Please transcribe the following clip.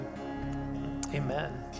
amen